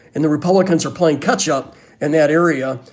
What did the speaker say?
and the republicans are playing catch up in that area.